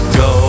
go